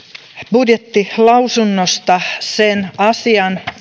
budjettilausunnosta sen asian